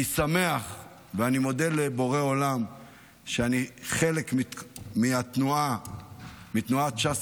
אני שמח ומודה לבורא עולם שאני חלק מתנועת ש"ס